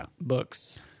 books